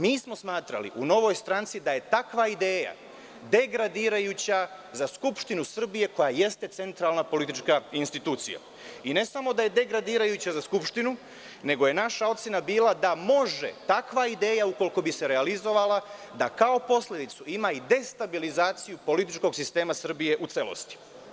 Mi smo smatrali u Novoj strankida je takva ideja degradirajuća za Skupštinu Srbije koja jeste centralna politička institucija i ne samo da je degradirajuća za Skupštinu, nego je naša ocena bila da može takva ideja, ukoliko bi se realizovala, da kao posledicu ima i destabilizaciju političkog sistema Srbije u celosti.